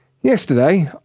Yesterday